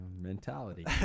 mentality